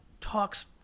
talks